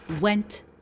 went